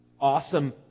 awesome